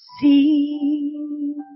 see